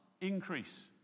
increase